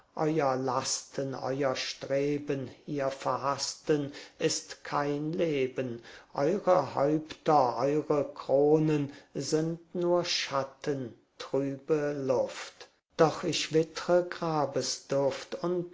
lasten euer streben ihr verhaßten ist kein leben eure häupter eure kronen sind nur schatten trübe luft doch ich wittre